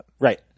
Right